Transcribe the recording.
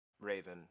Raven